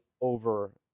over